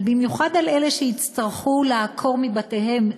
ובמיוחד על אלה שיצטרכו לעקור מבתיהם,